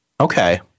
Okay